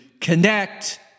connect